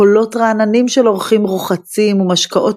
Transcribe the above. קולות רעננים של אורחים רוחצים ומשקאות